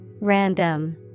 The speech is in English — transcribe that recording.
Random